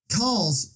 calls